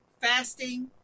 fasting